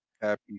Happy